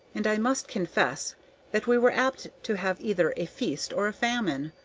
and i must confess that we were apt to have either a feast or a famine,